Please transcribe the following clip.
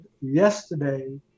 yesterday